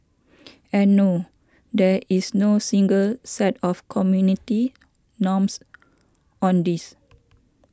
and no there is no single sat of community norms on this